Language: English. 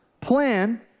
plan